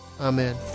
amen